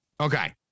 Okay